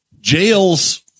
jails